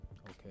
Okay